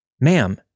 Ma'am